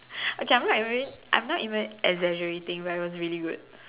okay I'm not even I'm not even exaggerating but it was really good